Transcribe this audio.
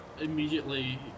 immediately